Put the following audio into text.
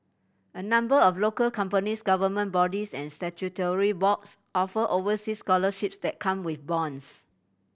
a number of local companies government bodies and statutory boards offer overseas scholarships that come with bonds